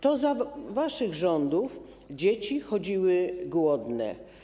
To za waszych rządów dzieci chodziły głodne.